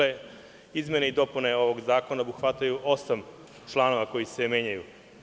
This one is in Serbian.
Izmene i dopune ovog zakona obuhvataju osam članova koji se menjaju.